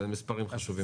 אלה מספרים חשובים.